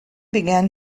began